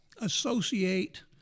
associate